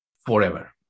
forever